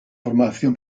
formación